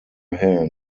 hand